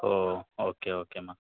ஓ okay ஓகேம்மா